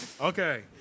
Okay